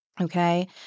Okay